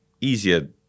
easier